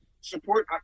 support